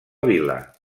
vila